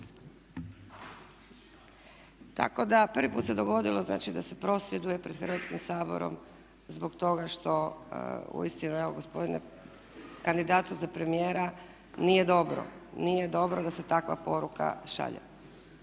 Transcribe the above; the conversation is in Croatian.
Tako da prvi put se dogodilo znači da se prosvjeduje pred Hrvatskim saborom zbog toga što uistinu evo kandidatu za premijera nije dobro da se takva poruka šalje.